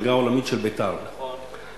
העולמית של בית"ר, נכון.